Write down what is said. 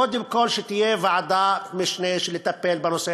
קודם כול שתהיה ועדת משנה שתטפל בנושא